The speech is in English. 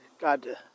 God